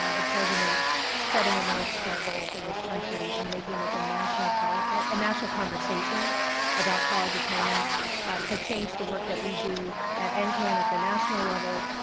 ah the president setting a north star goal for this country and making this a national call a national conversation about college attainment has changed the work that we do as and ncan, at the national level,